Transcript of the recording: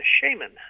shaman